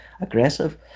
aggressive